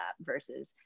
versus